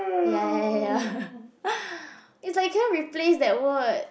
ya ya ya ya ya it's like cannot replace that word